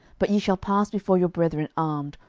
but ye shall pass before your brethren armed,